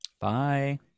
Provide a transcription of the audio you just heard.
Bye